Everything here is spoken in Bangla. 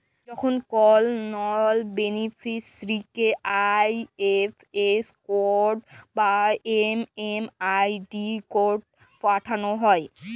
যখন কল লন বেনিফিসিরইকে আই.এফ.এস কড বা এম.এম.আই.ডি কড পাঠাল হ্যয়